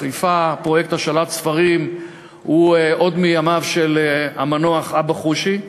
בחיפה פרויקט השאלת ספרים הוא עוד מימיו של המנוח אבא חושי,